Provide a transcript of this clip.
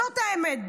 זאת האמת.